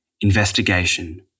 Investigation